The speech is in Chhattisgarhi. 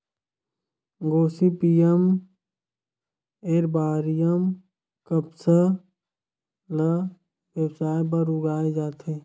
गोसिपीयम एरबॉरियम कपसा ल बेवसाय बर उगाए जाथे